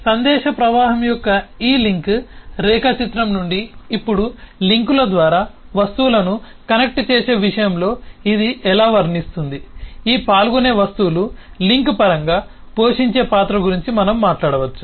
సందేశ ప్రవాహం యొక్క ఈ లింక్ రేఖాచిత్రం నుండి ఇప్పుడు లింకుల ద్వారా వస్తువులను కనెక్ట్ చేసే విషయంలో ఇది ఎలా వర్ణిస్తుంది ఈ పాల్గొనే వస్తువులు లింక్ పరంగా పోషించే పాత్ర గురించి మనం మాట్లాడవచ్చు